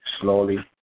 slowly